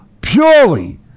purely